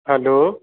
hello